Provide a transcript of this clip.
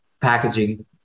packaging